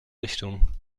richtung